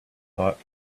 thought